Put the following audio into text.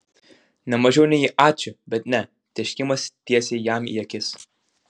ne mažiau nei ačiū bet ne tėškimas tiesiai jam į akis